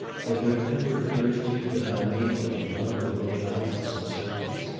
whether it ever occurs to you that i may put love above houses and servants?